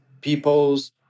peoples